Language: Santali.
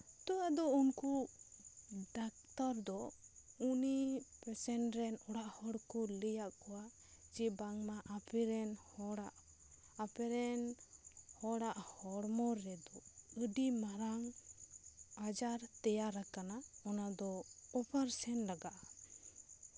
ᱛᱚ ᱟᱫᱚ ᱩᱱᱠᱩ ᱰᱟᱠᱛᱚᱨ ᱫᱚ ᱩᱱᱤ ᱥᱮᱱ ᱨᱮᱱ ᱚᱲᱟᱜ ᱦᱚᱲ ᱠᱚ ᱞᱟᱹᱭᱟᱜ ᱠᱚᱣᱟ ᱡᱮ ᱵᱟᱝᱢᱟ ᱟᱯᱮᱨᱮᱱ ᱦᱚᱲᱟᱜ ᱟᱯᱮᱨᱮᱱ ᱦᱚᱲᱟᱜ ᱦᱚᱲᱢᱚ ᱨᱮᱫᱚ ᱟᱹᱰᱤ ᱢᱟᱨᱟᱝ ᱟᱡᱟᱨ ᱛᱮᱭᱟᱨ ᱟᱠᱟᱱᱟ ᱚᱱᱟ ᱫᱚ ᱩᱯᱟᱨᱥᱮᱱ ᱞᱟᱜᱟᱜᱼᱟ